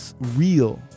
real